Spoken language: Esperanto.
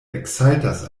eksaltas